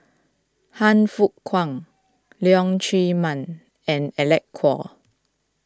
Han Fook Kwang Leong Chee Mun and Alec Kuok